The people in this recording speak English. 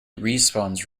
respawns